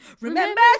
remember